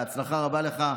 בהצלחה רבה לך.